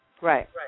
Right